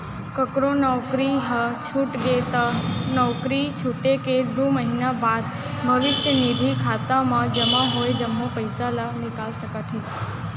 ककरो नउकरी ह छूट गे त नउकरी छूटे के दू महिना बाद भविस्य निधि खाता म जमा होय जम्मो पइसा ल निकाल सकत हे